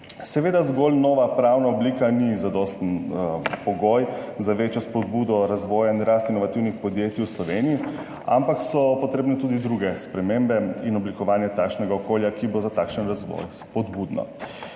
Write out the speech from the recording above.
Seveda zgolj nova pravna oblika ni zadosten pogoj za večjo spodbudo razvoja in rasti inovativnih podjetij v Sloveniji, ampak so potrebne tudi druge spremembe in oblikovanje takšnega okolja, da bo za takšen razvoj spodbudno.